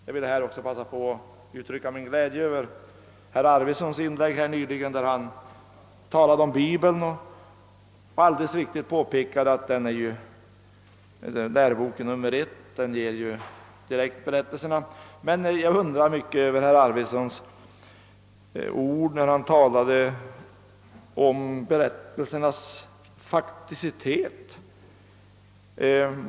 Jag vill i detta sammanhang passa på att uttrycka min glädje över herr Arvidsons inlägg, där han talade om Bibeln och alldeles riktigt påpekade att den är läroboken nummer ett; som ger oss berättelserna direkt. Men jag undrar mycket över herr Arvidsons ord om berättelsernas fakticitet.